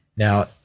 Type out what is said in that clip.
Now